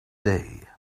day